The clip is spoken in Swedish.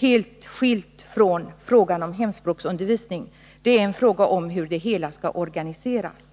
helt skild från frågan om hemspråksundervisning — det handlar om hur det hela skall organiseras.